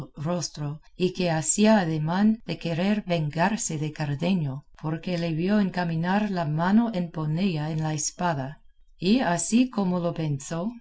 rostro y que hacía ademán de querer vengarse de cardenio porque le vio encaminar la mano a ponella en la espada y así como lo pensó